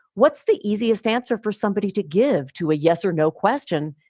what's the easiest answer for somebody to give to a yes or no question?